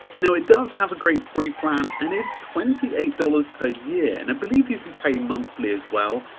now it does have a great free plan and it's twenty eight dollars per year and i believe you can pay monthly as well.